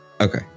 Okay